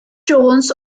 jones